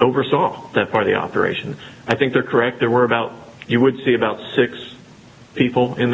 oversaw the party operation i think they're correct there were about you would see about six people in